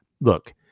Look